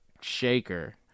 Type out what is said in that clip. shaker